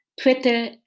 Twitter